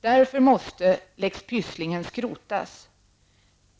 Därför måste lex Pysslingen skrotas.